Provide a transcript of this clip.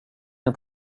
kan